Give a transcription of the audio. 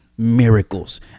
miracles